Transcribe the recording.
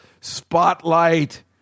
Spotlight